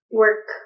work